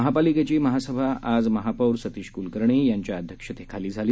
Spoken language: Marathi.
महापालिकेची महासभा आज महापौर सतीश कुलकर्णी यांच्या अध्यक्षतेतखाली झाली